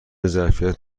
ظرفیت